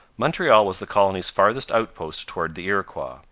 montreal was the colony's farthest outpost towards the iroquois.